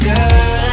Girl